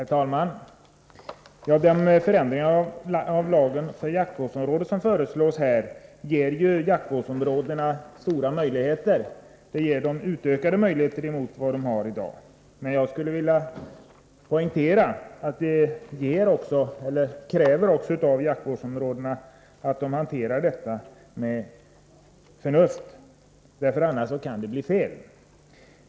Herr talman! Den förändring av lagen om jaktvårdsområden som föreslås ger jaktvårdsområdesföreningarna stora möjligheter — utökade möjligheter jämfört med vad de har i dag. Men jag skulle vilja poängtera att det också kräver av jaktvårdsföreningarna att de hanterar lagen med förnuft; annars kan det bli fel.